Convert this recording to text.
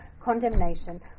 condemnation